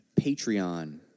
Patreon